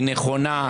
היא נכונה,